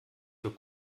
für